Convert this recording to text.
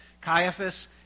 Caiaphas